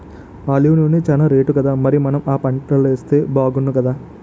olive నూనె చానా రేటుకదా మరి మనం ఆ పంటలేస్తే బాగుణ్ణుకదా